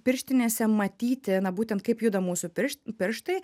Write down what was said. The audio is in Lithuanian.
pirštinėse matyti na būtent kaip juda mūsų pirš pirštai